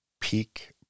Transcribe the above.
Peak